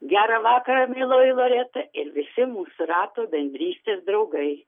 gerą vakarą mieloji loreta ir visi mūsų rato bendrystės draugai